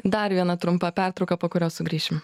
dar vieną trumpą pertrauką po kurios sugrįšim